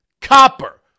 copper